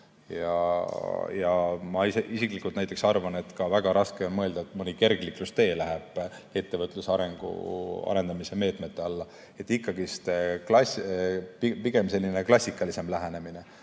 Ja ma isiklikult arvan, et väga raske on mõelda, et mõni kergliiklustee läheb ettevõtluse arendamise meetmete alla. See on ikkagi pigem selline klassikalisem lähenemine,